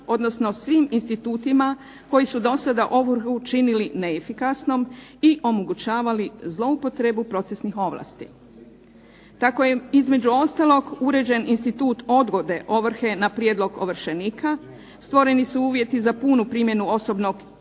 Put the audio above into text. odnosno svim institutima koji su do sada ovrhu činili neefikasnom, i omogućavali zloupotrebu procesnih ovlasti. Tako je između ostalog uređen institut odgode ovrhe, na prijedlog ovršenika, stvoreni su uvjeti za punu primjenu osobnog